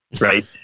right